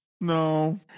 No